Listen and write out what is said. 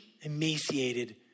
emaciated